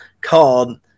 called